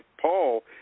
Paul